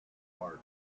mark